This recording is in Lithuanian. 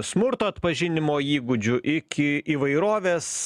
smurto atpažinimo įgūdžių iki įvairovės